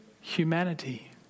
humanity